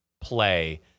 play